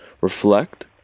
reflect